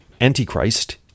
Antichrist